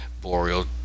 Boreal